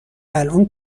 الان